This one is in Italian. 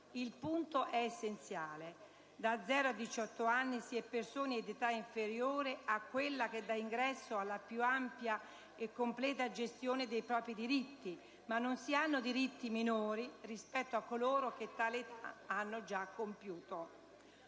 Il punto è essenziale: da 0 a 18 anni si è persone di età inferiore a quella che dà ingresso alla più ampia e completa gestione dei propri diritti, ma non si hanno diritti minori rispetto a coloro che tale età hanno già compiuto.